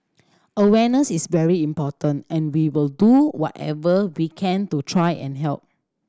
awareness is very important and we will do whatever we can to try and help